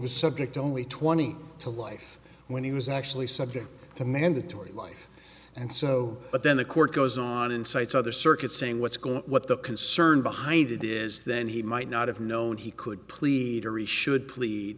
was subject only twenty to life when he was actually subject to mandatory life and so but then the court goes on and cites other circuits saying what's going on what the concern behind it is then he might not have known he could plead or he should plead